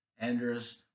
Anders